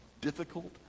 difficult